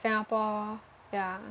Singapore ya